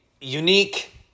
unique